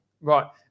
right